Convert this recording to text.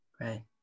Right